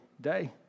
day